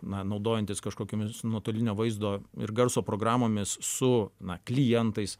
na naudojantis kažkokiomis nuotolinio vaizdo ir garso programomis su na klientais